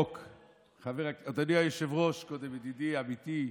אדוני היושב-ראש, ידידי, עמיתי,